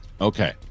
Okay